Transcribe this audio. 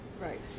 Right